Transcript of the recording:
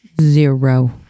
Zero